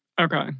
Okay